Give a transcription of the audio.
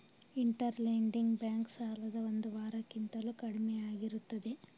inter lending bank ಸಾಲದ ಒಂದು ವಾರ ಕಿಂತಲೂ ಕಡಿಮೆಯಾಗಿರುತ್ತದೆ